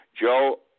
Joe